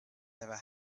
never